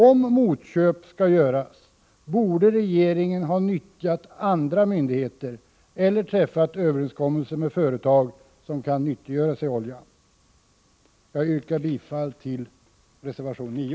Om motköp skall göras, borde regeringen ha nyttjat andra myndigheter eller träffat överenskommelse med företag som kan nyttiggöra sig oljan. Herr talman! Jag yrkar bifall till reservation 9.